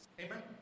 Amen